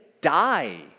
die